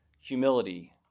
humility